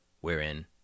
wherein